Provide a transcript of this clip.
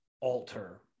alter